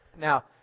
Now